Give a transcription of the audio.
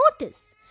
notice